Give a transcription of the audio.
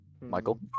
Michael